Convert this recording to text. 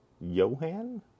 Johan